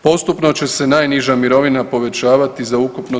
Postupno će se najniža mirovina povećavati za ukupno 3%